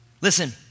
listen